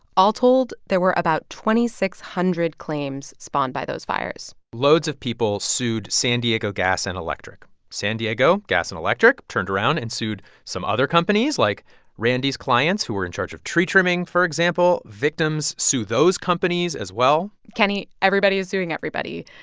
all told, there were about two thousand six hundred claims spawned by those fires loads of people sued san diego gas and electric. san diego gas and electric turned around and sued some other companies, like randy's clients, who were in charge of tree trimming, for example. victims sue those companies as well kenny, everybody's suing everybody.